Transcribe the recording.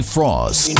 Frost